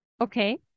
Okay